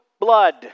blood